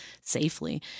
safely